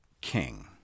king